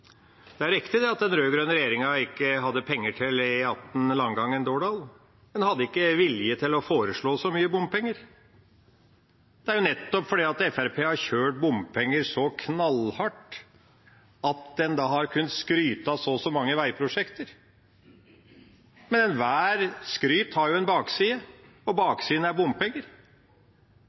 Det er riktig at den rød-grønne regjeringa ikke hadde penger til E18 Langangen–Dørdal. Den hadde ikke vilje til å foreslå så mye bompenger. Det er nettopp fordi Fremskrittspartiet har kjørt så knallhardt på med bompenger at en har kunnet skryte av så og så mange veiprosjekter. Men all skryt har jo en bakside, og baksiden er bompenger.